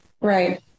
right